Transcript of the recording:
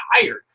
tired